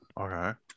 Okay